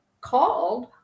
called